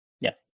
Yes